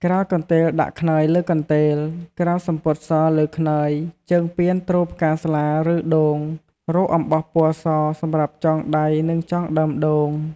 ក្រាលកន្ទេលដាក់ខ្នើយ លើកកន្ទេល ក្រាលសំពត់ សលើខ្នើយជើងពានទ្រផ្កាស្លា ឬ ដូង រកអំបោះពណ៌ស សម្រាប់ចង់ដៃ និងចងដើមដូង។